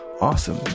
awesome